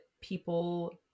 people